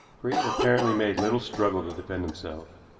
for he had apparently made little struggle to defend himself.